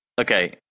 Okay